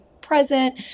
present